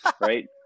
right